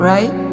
Right